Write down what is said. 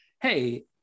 hey